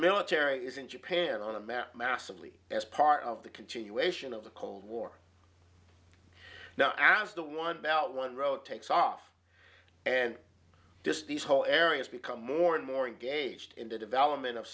military is in japan on a map massively as part of the continuation of the cold war now after the one belt one row takes off and just these whole areas become more and more engaged in the development of